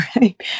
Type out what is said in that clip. right